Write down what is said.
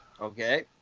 Okay